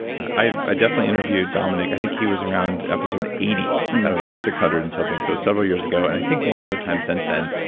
i've ah definitely interviewed dominic. i think he was around episode eighty of the six hundred and something, so several years ago, and i think one other time since then.